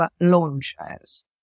launchers